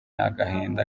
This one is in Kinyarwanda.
agahinda